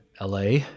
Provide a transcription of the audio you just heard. LA